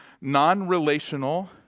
non-relational